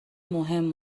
مهم